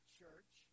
church